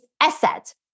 asset